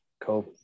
cool